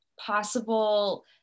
possible